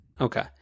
Okay